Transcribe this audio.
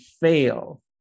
fail